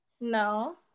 no